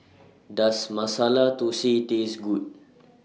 Does Masala Thosai Taste Good